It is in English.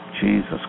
Jesus